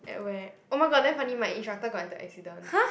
at where oh my god damn funny my instructor got into accident